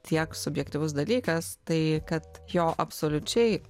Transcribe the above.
tiek subjektyvus dalykas tai kad jo absoliučiai